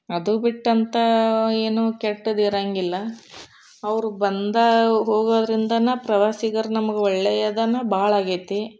ಅದು ಬಿಟ್ಟಂಥ ಏನೂ ಕೆಟ್ಟದಿರಂಗಿಲ್ಲ ಅವರು ಬಂದಾವ್ ಹೋಗೋದ್ರಿಂದನೇ ಪ್ರವಾಸಿಗರು ನಮಗೆ ಒಳ್ಳೆಯದನ್ನೇ ಭಾಳ ಆಗೈತಿ